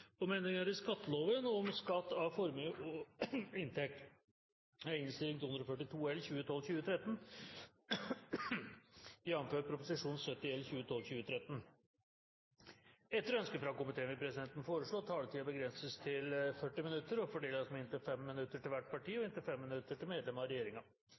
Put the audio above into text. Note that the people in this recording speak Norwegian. om ordet til sak nr. 5. Etter ønske fra finanskomiteen vil presidenten foreslå at taletiden begrenses til 40 minutter og fordeles med inntil 5 minutter til hvert parti og inntil 5 minutter til medlem av